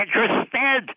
interested